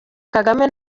kagame